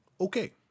Okay